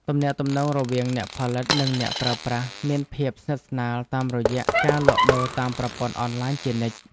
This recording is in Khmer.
ទំនាក់ទំនងរវាងអ្នកផលិត និងអ្នកប្រើប្រាស់មានភាពស្និទ្ធស្នាលតាមរយៈការលក់ដូរតាមប្រព័ន្ធអនឡាញជានិច្ច។